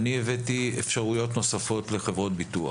והבאתי אפשרויות נוספות לחברות ביטוח